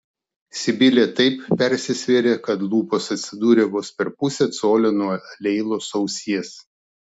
sibilė taip persisvėrė kad lūpos atsidūrė vos per pusę colio nuo leilos ausies